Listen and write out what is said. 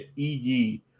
EG